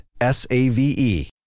S-A-V-E